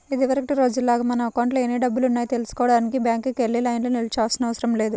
ఇదివరకటి రోజుల్లాగా మన అకౌంట్లో ఎన్ని డబ్బులున్నాయో తెల్సుకోడానికి బ్యాంకుకి వెళ్లి లైన్లో నిల్చోనవసరం లేదు